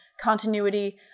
continuity